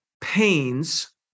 pains